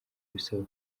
bisaba